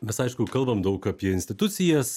mes aišku kalbam daug apie institucijas